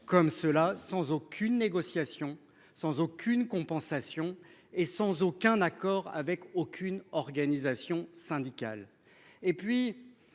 sorte, sans aucune négociation, sans aucune compensation et sans aucun accord avec la moindre organisation syndicale. La